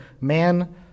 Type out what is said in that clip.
man